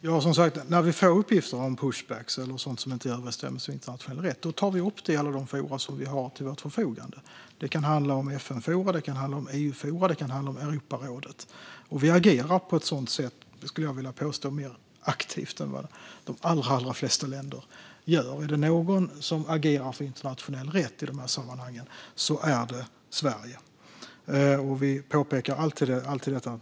Fru talman! När vi får uppgifter om pushbacks eller sådant som inte är i överensstämmelse med internationell rätt tar vi upp det i alla de forum som vi har till vårt förfogande; det kan handla om FN-forum, EU-forum eller Europarådet. Jag skulle vilja påstå att vi agerar mer aktivt än vad de allra flesta länder gör. Är det någon som agerar för internationell rätt i dessa sammanhang är det Sverige. Vi påpekar alltid detta.